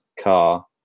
car